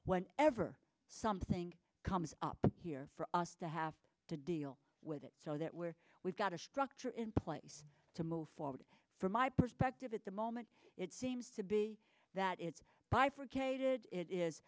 when ever something comes up here for us to have to deal with it so that we're we've got a structure in place to move forward from my perspective at the moment it seems to be that it's